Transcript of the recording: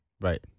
Right